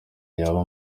yaba